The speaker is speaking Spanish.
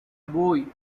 voy